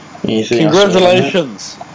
Congratulations